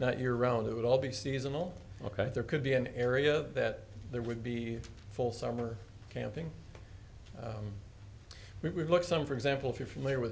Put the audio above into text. not year round it would all be seasonal ok there could be an area that there would be full summer camping we look some for example if you're familiar with